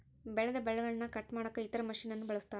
ಬೆಳೆದ ಬೆಳೆಗನ್ನ ಕಟ್ ಮಾಡಕ ಇತರ ಮಷಿನನ್ನು ಬಳಸ್ತಾರ